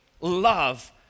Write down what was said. love